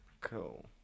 cool